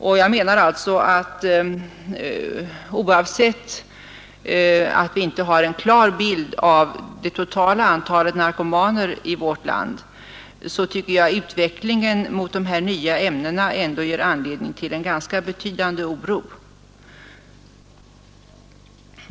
Oavsett att vi inte har en klar bild av det totala antalet narkomaner i vårt land, tycker jag att utvecklingen mot de nya ämnena ger anledning till en ganska betydande oro.